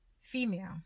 female